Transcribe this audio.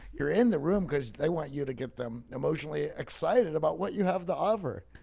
you're in the room cause they want you to get them emotionally excited about what you have the offer.